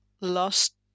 lost